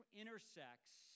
intersects